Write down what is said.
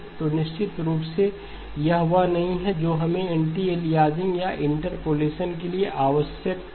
तो निश्चित रूप से यह वह नहीं है जो हमें एंटी अलियासिंग या इंटरपोलेशन के लिए आवश्यक है